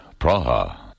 Praha